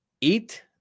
eat